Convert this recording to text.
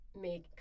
make